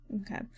Okay